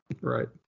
Right